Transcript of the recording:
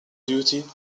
duty